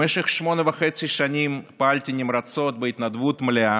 במשך שמונה וחצי שנים פעלתי נמרצות בהתנדבות מלאה